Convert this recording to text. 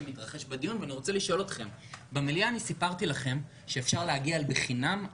000 תלמידי החינוך היסודי במוכר שאינו רשמי,